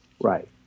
Right